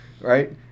right